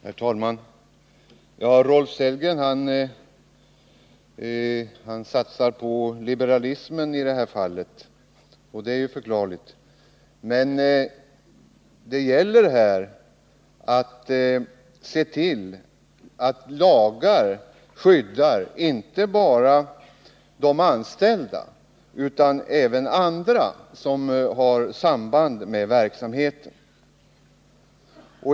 Herr talman! Rolf Sellgren satsar på liberalismen, och det är ju förklarligt. Men det gäller här att se till att lagar skyddar inte bara de anställda utan även andra som har samband med verksamheten.